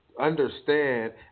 understand